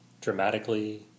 dramatically